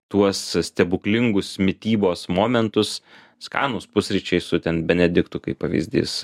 tuos stebuklingus mitybos momentus skanūs pusryčiai su ten benediktu kaip pavyzdys